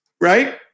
right